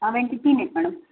तीन आहेत मॅडम